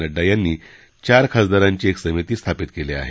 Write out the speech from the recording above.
नड्डा यांनी चार खासदारांची एक समिती स्थापित केली आहे